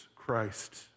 Christ